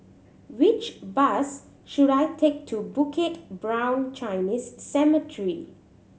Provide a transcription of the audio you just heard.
which bus should I take to Bukit Brown Chinese Cemetery